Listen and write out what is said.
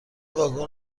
واگن